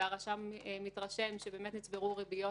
והרשם מתרשם שבאמת נצברו ריביות